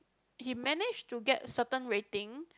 he managed to get certain rating